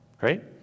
right